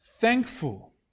thankful